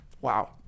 Wow